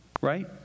Right